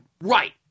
Right